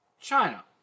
China